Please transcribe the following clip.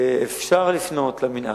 אפשר לפנות למינהל,